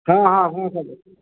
हाँ हाँ हाँ सर